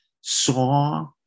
saw